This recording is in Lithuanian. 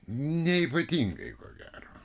neypatingai ko gero